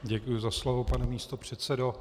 Děkuji za slovo, pane místopředsedo.